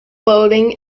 boating